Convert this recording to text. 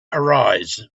arise